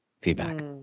feedback